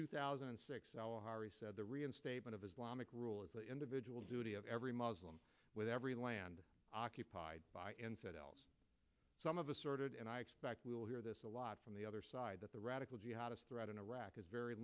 two thousand and six the reinstatement of islamic rule as the individual duty of every muslim with every land occupied by infidels some of asserted and i expect we'll hear this a lot from the other side that the radical jihadist threat in iraq is very